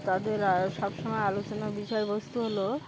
তাদের আ সবসময় আলোচনার বিষয়বস্তু হলো